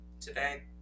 today